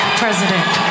president